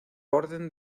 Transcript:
orden